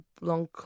long